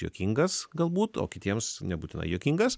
juokingas galbūt o kitiems nebūtinai juokingas